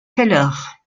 keller